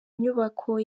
nyubako